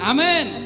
Amen